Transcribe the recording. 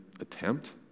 attempt